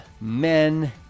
men